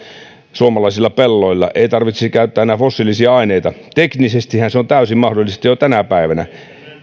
suomalaisilla pelloilla eikä tarvitsisi käyttää enää fossiilisia aineita teknisestihän se on täysin mahdollista jo tänä päivänä